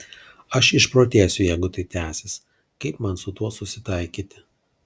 aš išprotėsiu jeigu tai tęsis kaip man su tuo susitaikyti